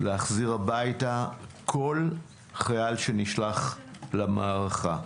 להחזיר הביתה כול חייל שנשלח למערכה.